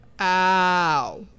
Ow